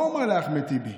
מה הוא אמר לאחמד טיבי?